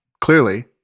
clearly